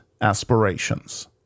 aspirations